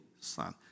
son